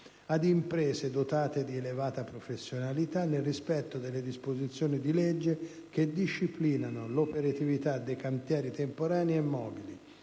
ad imprese dotate di elevata professionalità, nel rispetto delle disposizioni di legge che disciplinano l'operatività dei cantieri temporanei e mobili.